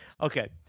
Okay